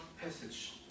passage